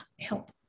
help